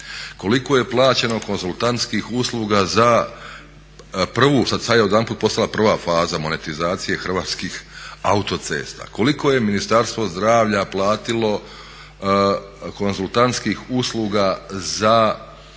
koliko je plaćeno konzultantskih usluga za prvu, sad je odjedanput postala prva faza monetizacije Hrvatskih autocesta? Koliko je Ministarstvo zdravlja platilo konzultantskih usluga za